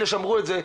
את אלה שאמרו את זה,